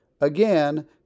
again